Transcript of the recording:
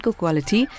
quality